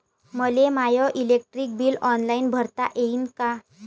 मले माय electric bill online भरता येईन का?